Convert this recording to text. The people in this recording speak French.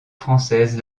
française